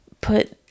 put